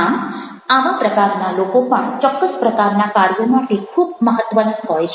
આમ આવા પ્રકારના લોકો પણ ચોક્કસ પ્રકારના કાર્યો માટે ખૂબ મહત્ત્વના હોય છે